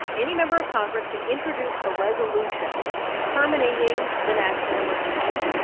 any member of congress can introduce a resolution terminating the national emergency.